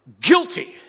guilty